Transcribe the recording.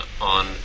on